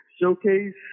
showcase